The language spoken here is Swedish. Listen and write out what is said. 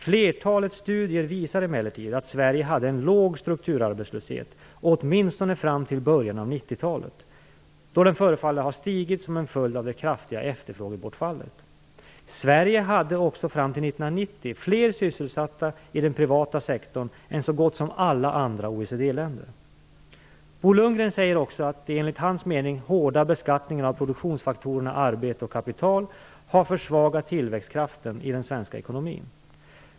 Flertalet studier visar emellertid att Sverige hade en låg strukturarbetslöshet åtminstone fram till början av 1990 talet, då den förefaller ha stigit som en följd av det kraftiga efterfrågebortfallet. Sverige hade också fram till 1990 fler sysselsatta i den privata sektorn än så gott som alla andra OECD-länder. Bo Lundgren säger också att den enligt hans mening hårda beskattningen av produktionsfaktorerna arbete och kapital har försvagat tillväxtkraften i den svenska ekonomin.